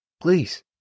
Please